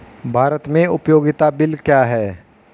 भारत में उपयोगिता बिल क्या हैं?